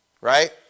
right